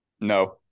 No